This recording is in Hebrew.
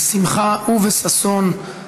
בשמחה ובששון,